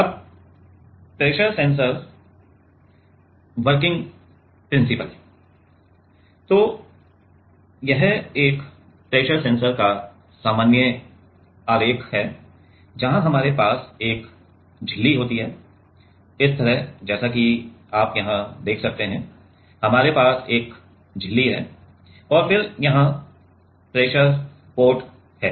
अब pressure sensor working principle तो यह एक प्रेशर सेंसर का सामान्य आरेख है जहां हमारे पास एक झिल्ली होती है इस तरह जैसा कि आप यहाँ देख सकते हैं हमारे पास एक झिल्ली है और फिर यहाँ प्रेशर पोर्ट है